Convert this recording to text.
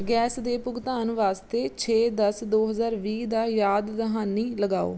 gas ਦੇ ਭੁਗਤਾਨ ਵਾਸਤੇ ਛੇ ਦਸ ਦੋ ਹਜ਼ਾਰ ਵੀਹ ਦਾ ਯਾਦ ਦਹਾਨੀ ਲਗਾਓ